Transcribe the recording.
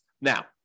Now